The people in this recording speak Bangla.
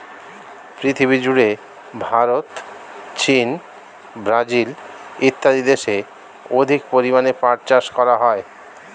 পৃথিবীজুড়ে ভারত, চীন, ব্রাজিল ইত্যাদি দেশে অধিক পরিমাণে পাট চাষ করা হয়